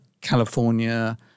California